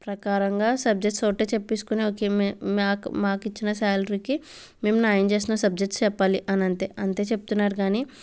ప్రకారంగా సబ్జెక్ట్స్ ఒకటి చెప్పించుకుని ఓకే మాకు మాకు ఇచ్చిన శాలరీ కి మేము న్యాయం చేసిన సబ్జెక్ట్స్ చెప్పాలి అని అంతే అంతే చెప్తున్నారు కానీ